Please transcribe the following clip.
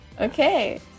okay